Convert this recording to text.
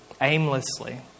aimlessly